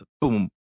boom